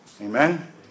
Amen